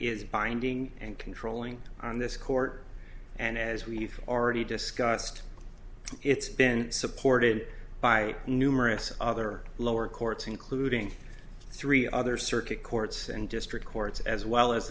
is binding and controlling on this court and as we've already discussed it's been supported by numerous other lower courts including three other circuit courts and district courts as well as